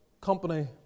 company